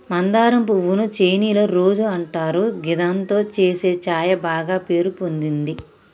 మందారం పువ్వు ను చైనీయుల రోజ్ అంటారు గిదాంతో చేసే ఛాయ బాగ పేరు పొందింది